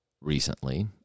recently